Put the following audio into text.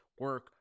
Work